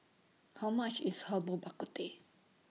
How much IS Herbal Bak Ku Teh